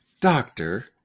Doctor